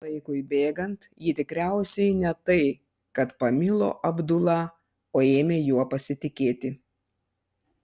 laikui bėgant ji tikriausiai ne tai kad pamilo abdula o ėmė juo pasitikėti